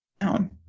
down